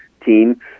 team